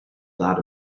that